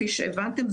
כפי שהבנתם,